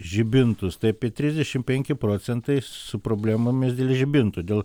žibintus tai apie trisdešimt penki procentai su problemomis dėl žibintų dėl